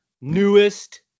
newest